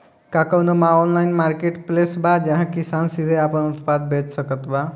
का कउनों online marketplace बा जहां किसान सीधे आपन उत्पाद बेच सकत बा?